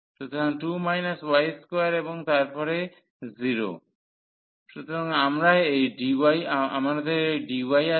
সুতরাং 2 y2 এবং তারপরে 0 সুতরাং আমরা এই dy আছে